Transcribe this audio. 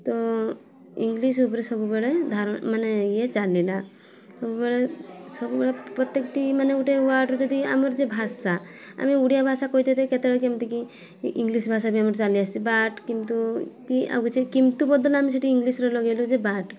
ତ ଇଂଲିସ୍ ଉପରେ ସବୁବେଳେ ମାନେ ଇଏ ଚାଲିଲା ସବୁବେଳେ ସବୁବେଳେ ପ୍ରତ୍ୟେକଟି ମାନେ ଗୋଟେ ୱାର୍ଡ଼ରେ ଯଦି ଆମର ଯେ ଭାଷା ଆମେ ଓଡ଼ିଆ ଭାଷା କହିଥାଉ କେତେବେଳେ କେମିତିକି ଇଂଲିସ୍ ଭାଷା ବି ଆମର ଚାଲିଆସେ ବଟ୍ କିନ୍ତୁ କି ଆଉକିଛି କିନ୍ତୁ ସେଇଠି ଇଂଲିସ୍ରେ ଲଗେଇଲୁ ଯେ ବଟ୍